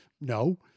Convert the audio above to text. no